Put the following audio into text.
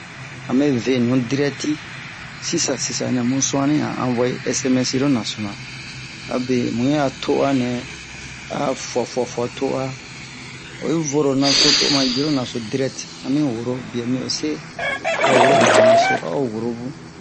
a mɛ ve-nu dirɛti sisa sisanɛ mu su'anni an envoyer SMS lo nasona abe mu yi'a to'a nɛ a a fuwa fuwa fuwa to'a oyi voro naso to o majiro naso direct ami woro biyo mi ose a worohan lo naso a o woro bun